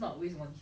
so like